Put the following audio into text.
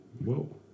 Whoa